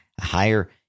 higher